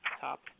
top